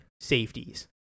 safeties